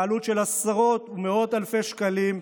בעלות של עשרות ומאות אלפי שקלים,